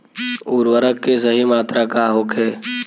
उर्वरक के सही मात्रा का होखे?